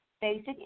Basic